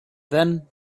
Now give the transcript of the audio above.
then